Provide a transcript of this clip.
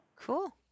cool